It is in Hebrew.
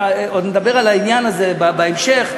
עוד נדבר על העניין הזה בהמשך,